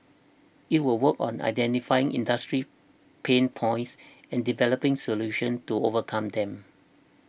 it will work on identifying industry pain points and developing solutions to overcome them